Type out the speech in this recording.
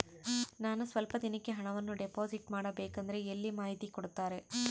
ನಾನು ಸ್ವಲ್ಪ ದಿನಕ್ಕೆ ಹಣವನ್ನು ಡಿಪಾಸಿಟ್ ಮಾಡಬೇಕಂದ್ರೆ ಎಲ್ಲಿ ಮಾಹಿತಿ ಕೊಡ್ತಾರೆ?